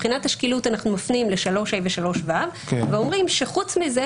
מבחינת השקילות אנחנו מפנים ל-3ה ו-3ו ואומרים שחוץ מזה